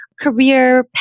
career